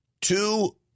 two